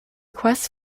quest